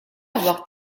avoir